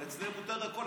אבל אצלם מותר הכול,